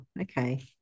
okay